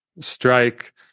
strike